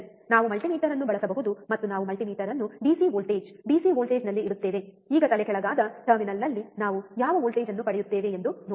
ನಾವು ಮಲ್ಟಿಮೀಟರ್ ಅನ್ನು ಬಳಸಬಹುದು ಮತ್ತು ನಾವು ಮಲ್ಟಿಮೀಟರ್ ಅನ್ನು ಡಿಸಿ ವೋಲ್ಟೇಜ್ ಡಿಸಿ ವೋಲ್ಟೇಜ್ನಲ್ಲಿ ಇಡುತ್ತೇವೆ ಈಗ ಇನ್ವರ್ಟಿಂಗ್ ಟರ್ಮಿನಲ್ನಲ್ಲಿ ನಾವು ಯಾವ ವೋಲ್ಟೇಜ್ ಅನ್ನು ಪಡೆಯುತ್ತೇವೆ ಎಂದು ನೋಡೋಣ